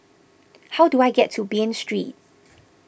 how do I get to Bain Street